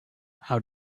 how